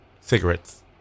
cigarettes